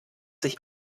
sich